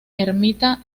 ermita